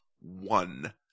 one